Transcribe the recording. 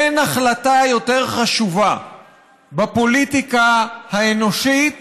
אין החלטה יותר חשובה בפוליטיקה האנושית